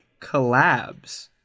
collabs